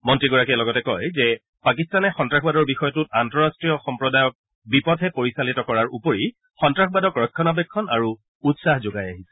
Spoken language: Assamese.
মন্ত্ৰীগৰাকীয়ে লগতে কয় যে পাকিস্তানে সন্তাসবাদৰ বিষয়টোত আন্তঃৰাষ্ট্ৰীয় সম্প্ৰদায়ক বিপথে পৰিচালিত কৰাৰ উপৰি সন্তাসবাদক ৰক্ষণাবেক্ষণ আৰু উৎসাহ যোগাই আহিছে